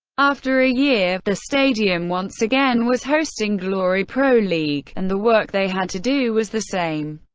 after a year, the stadium once again was hosting glory pro league, and the work they had to do was the same.